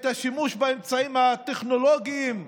את השימוש באמצעים הטכנולוגיים,